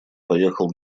поехал